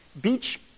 beach